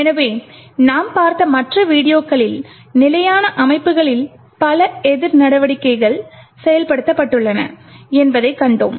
எனவே நாம் பார்த்த மற்ற வீடியோக்களில் நிலையான அமைப்புகளில் பல எதிர் நடவடிக்கைகள் செயல்படுத்தப்பட்டுள்ளன என்பதைக் கண்டோம்